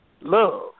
love